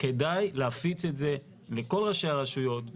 כדאי להפיץ את זה לכל ראשי הרשויות,